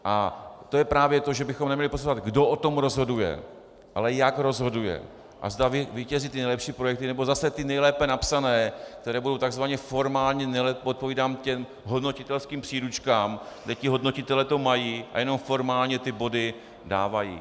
A to je právě to, že bychom neměli posuzovat, kdo o tom rozhoduje, ale jak rozhoduje a zda vítězí nejlepší projekty, nebo zase ty nejlépe napsané, které budou tzv. formálně nejlépe odpovídat hodnotitelským příručkám, kde ti hodnotitelé to mají a jenom formálně body dávají.